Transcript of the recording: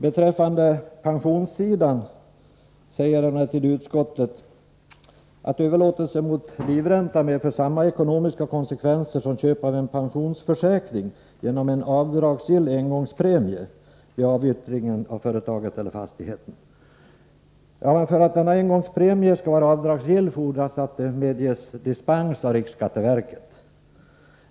Beträffande pensionsfrågan säger utskottet emellertid ”att en överlåtelse —-—-—- mot livränta ——— medför samma ekonomiska konsekvenser som köp För att denna engångspremie skall vara avdragsgill fordras att riksskatteverket medger dispens.